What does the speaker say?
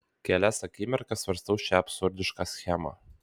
kelias akimirkas svarstau šią absurdišką schemą